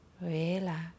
relax